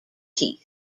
teeth